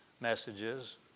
messages